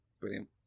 Brilliant